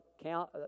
count